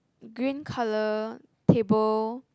green colour table